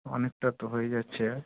অনেকটা তো হয়ে যাচ্ছে